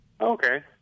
Okay